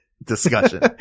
discussion